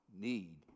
need